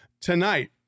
Tonight